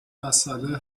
مساله